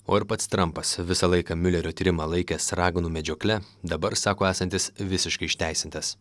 o ir pats trampas visą laiką miulerio tyrimą laikęs raganų medžiokle dabar sako esantis visiškai išteisintas